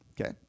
Okay